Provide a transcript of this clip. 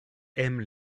aime